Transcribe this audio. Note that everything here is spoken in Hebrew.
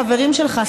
החברים שלך,